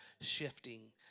shifting